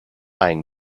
eyeing